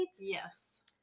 yes